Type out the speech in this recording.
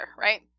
right